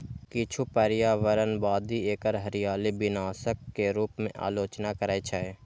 किछु पर्यावरणवादी एकर हरियाली विनाशक के रूप मे आलोचना करै छै